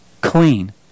clean